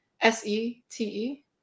S-E-T-E